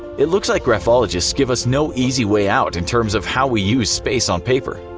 it looks like graphologists gave us no easy way out in terms of how we use space on paper.